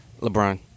LeBron